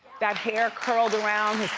that hair curled around